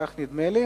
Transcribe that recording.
כך נדמה לי,